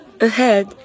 Ahead